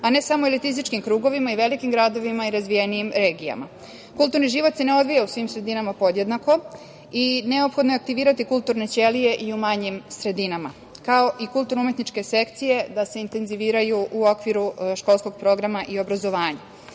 a ne samo elitističkim krugovima, velikim gradovima i razvijenijim regijama. Kulturni život se ne odvija u svim sredinama podjednako i neophodno je aktivirati kulturne ćelije i u manjim sredinama, kao i da se intenziviraju kulturno-umetničke sekcije u okviru školskog programa i obrazovanja. Pored